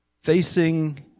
facing